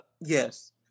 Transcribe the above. Yes